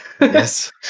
Yes